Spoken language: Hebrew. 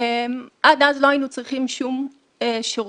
עד אז לא היינו צריכים שום שירות,